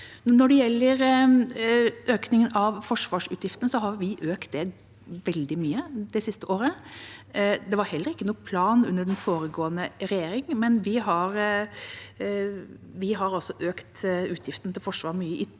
Når det gjelder forsvarsutgiftene, har vi økt dem veldig mye det siste året. Det var heller ikke noen plan under den foregående regjering, men vi har altså økt utgiftene til Forsvaret mye, i tråd